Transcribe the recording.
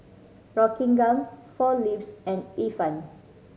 Rockingham Four Leaves and Ifan